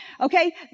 okay